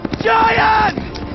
Giant